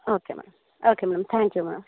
okay madam okay madam thank you ma'am